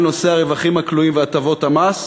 על נושא הרווחים הכלואים והטבות המס.